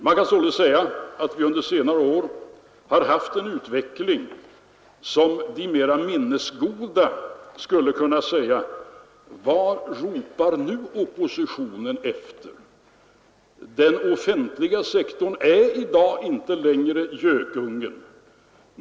Man kan således anföra att vi under senare år har haft en sådan utveckling att de mer minnesgoda skulle ha kunnat säga: Vad ropar nu oppositionen efter? Den offentliga sektorn är i dag inte längre gökungen.